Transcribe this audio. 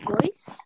voice